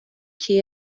que